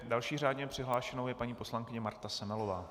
Další řádně přihlášenou je paní poslankyně Marta Semelová.